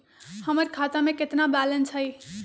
हमर खाता में केतना बैलेंस हई?